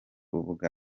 rubuga